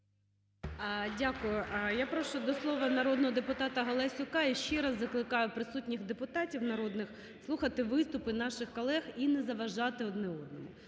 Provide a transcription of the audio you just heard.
Дякую. Я прошу до слова народного депутата Галасюка. І ще раз закликаю присутніх депутатів народних слухати виступи наших колег і не заважати один одному.